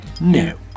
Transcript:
No